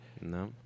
No